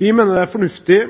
Vi mener det er fornuftig